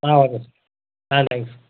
ஆ okay sir ஆ thank you sir